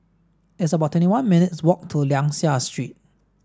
it's about twenty one minutes' walk to Liang Seah Street